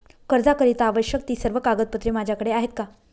कर्जाकरीता आवश्यक ति सर्व कागदपत्रे माझ्याकडे आहेत का?